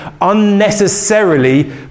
unnecessarily